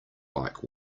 like